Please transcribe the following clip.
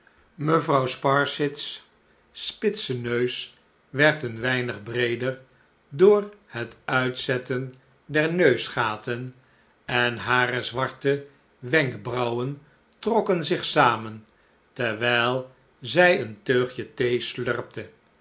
mevrouw sparsit's spitse neus werd een weinig breeder door het uitzetten der neusgaten en hare zwarte wenkbrauwen trokken zich samen terwijl zij een teugje thee slurpte